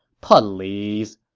puh-leeze.